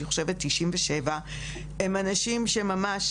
אני חושבת שהוא 97. הם אנשים שממש